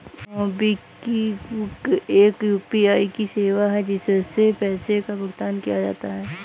MobiKwik एक UPI की सेवा है, जिससे पैसे का भुगतान किया जाता है